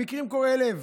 המקרים קורעי לב.